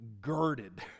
girded